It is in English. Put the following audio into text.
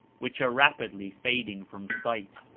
which are rapidly fading from sight.